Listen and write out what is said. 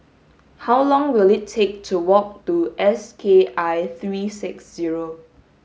how long will it take to walk to S K I three six zero